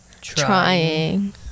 trying